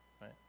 Right